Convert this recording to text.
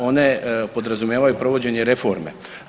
One podrazumijevaju provođenje reforme.